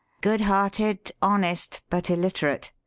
good-hearted, honest, but illiterate.